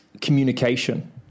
communication